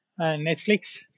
Netflix